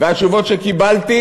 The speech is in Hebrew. והתשובות שקיבלתי,